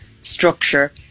structure